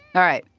all right.